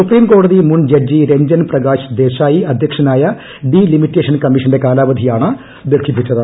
supreme കോടതി മുൻ judge Ranjan Prakash Desai അദ്ധ്യക്ഷനായ ഡിലിമിറ്റേഷൻ കമ്മീഷന്റെ കാലാവധിയാണ് ദീർഘിപ്പിച്ചത്